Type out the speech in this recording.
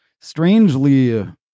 strangely